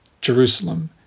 jerusalem